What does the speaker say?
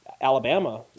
Alabama